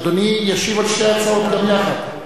אדוני ישיב על שתי ההצעות גם יחד.